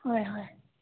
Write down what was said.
হয় হয়